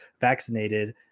vaccinated